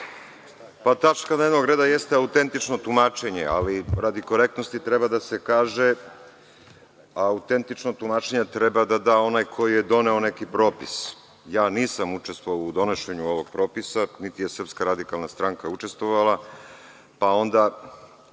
Tačka dnevnog reda jeste autentično tumačenje, ali korektnosti treba da se kaže – autentično tumačenje treba da da onaj ko je doneo neki propis. Ja nisam učestvovao u donošenju ovog propisa, niti je SRS učestvovala, pa onda